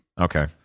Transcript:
Okay